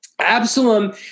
Absalom